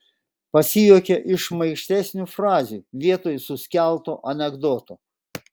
pasijuokia iš šmaikštesnių frazių vietoj suskelto anekdoto